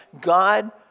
God